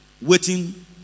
waiting